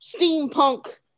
steampunk